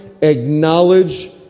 acknowledge